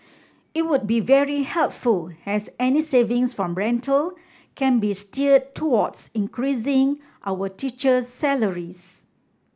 it would be very helpful as any savings from rental can be steered towards increasing our teacher's salaries